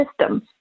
systems